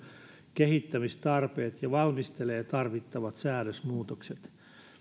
kehittämistarpeet ja valmistelee tarvittavat säädösmuutokset